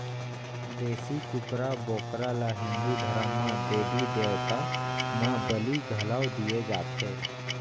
देसी कुकरा, बोकरा ल हिंदू धरम म देबी देवता म बली घलौ दिये जाथे